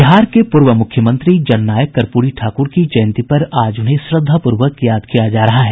बिहार के पूर्व मुख्यमंत्री जननायक कर्प्री ठाकुर की जयंती पर आज उन्हें श्रद्वापूर्वक याद किया जा रहा है